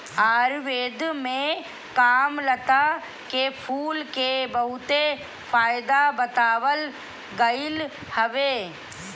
आयुर्वेद में कामलता के फूल के बहुते फायदा बतावल गईल हवे